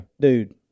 dude